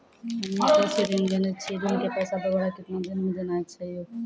हम्मे कृषि ऋण लेने छी ऋण के पैसा दोबारा कितना दिन मे देना छै यो?